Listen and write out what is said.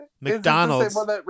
mcdonald's